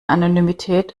anonymität